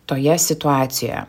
toje situacijoje